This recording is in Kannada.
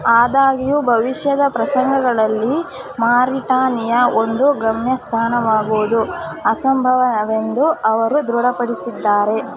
ಆದಾಗ್ಯೂ ಭವಿಷ್ಯದ ಪ್ರಸಂಗಗಳಲ್ಲಿ ಮಾರಿಟಾನಿಯಾ ಒಂದು ಗಮ್ಯಸ್ಥಾನವಾಗುವುದು ಅಸಂಭವವೆಂದು ಅವರು ದೃಢಪಡಿಸಿದ್ದಾರೆ